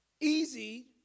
easy